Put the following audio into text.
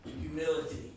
Humility